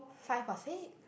five or six